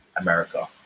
America